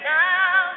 now